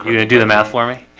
gonna do the math for me.